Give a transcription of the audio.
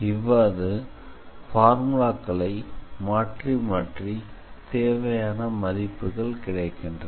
இவ்வாறு ஃபார்முலாக்களை மாற்றி மாற்றி தேவையான மதிப்புகள் கிடைக்கின்றன